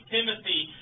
Timothy